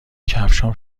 کفشهام